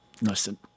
Listen